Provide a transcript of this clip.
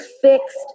fixed